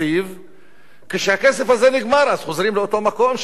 כשהכסף הזה נגמר חוזרים לאותו מקום של המצוקה.